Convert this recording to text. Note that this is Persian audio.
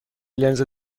لنز